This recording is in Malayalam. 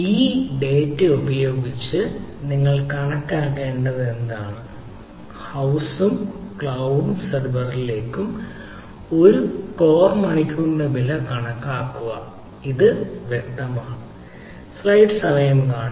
ഈ ഡാറ്റ ഉപയോഗിച്ച് നിങ്ങൾ കണക്കാക്കേണ്ടത് എന്താണ് ഹൌസ്ലെയും ക്ലൌഡ് സെർവറിലെയും ഒരു കോർ മണിക്കൂറിന്റെ വില കണക്കാക്കുക അത് വ്യക്തമാണ്